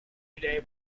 today